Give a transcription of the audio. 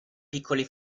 piccoli